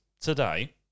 today